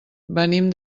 venim